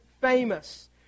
famous